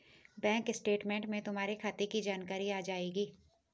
bank statement में तुम्हारे खाते की जानकारी आ जाएंगी